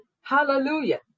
hallelujah